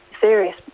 serious